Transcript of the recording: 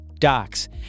docs